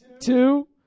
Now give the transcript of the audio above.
two